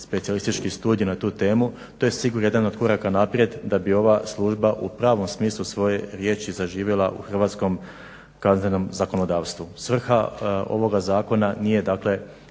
specijalistički studij na tu temu, to je sigurno jedan od koraka naprijed da bi ova služba u pravom smislu svoje riječi zaživjela u hrvatskom kaznenom zakonodavstvu. Svrha ovoga zakona nije dakle